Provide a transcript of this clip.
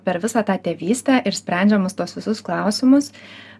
per visą tą tėvystę ir sprendžiamus tuos visus klausimus